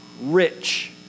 rich